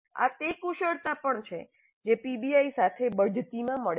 આ તે કુશળતા પણ છે જે પીબીઆઈ સાથે બઢતીમાં મળે છે